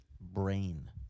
brain